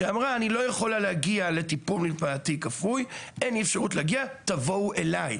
שאמרה: "אין לי אפשרות להגיע לטיפול מרפאתי כפוי תבואו אליי".